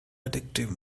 addictive